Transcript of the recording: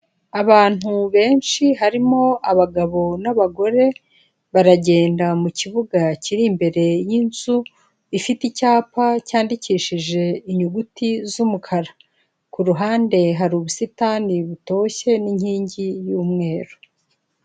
Abantu benshi, harimo abagabo n'abagore, baragenda mu kibuga kiri imbere y'inzu ifite icyapa cyandikishije inyuguti z'umukara. Ku ruhande hari ubusitani butoshye, n'inkingi y'umweru.